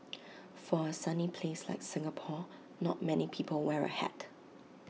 for A sunny place like Singapore not many people wear A hat